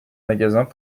magasins